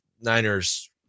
Niners